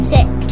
Six